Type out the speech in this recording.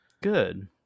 Good